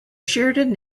sheridan